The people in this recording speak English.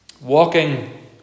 walking